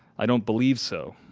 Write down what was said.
i don't believe so.